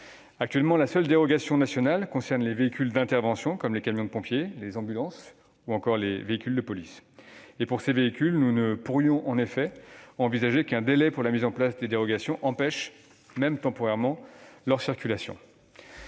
Actuellement, la seule dérogation nationale concerne les véhicules d'intervention, comme les camions de pompiers, les ambulances et les véhicules de police. Pour ces véhicules, nous ne pourrions en effet envisager qu'un délai pour la mise en place des dérogations empêche leur circulation,